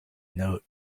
note